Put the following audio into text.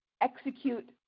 execute